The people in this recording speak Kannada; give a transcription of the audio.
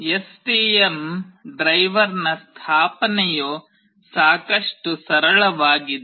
ಎಸ್ಟಿಎಂ ಡ್ರೈವರ್ನ ಸ್ಥಾಪನೆಯು ಸಾಕಷ್ಟು ಸರಳವಾಗಿದೆ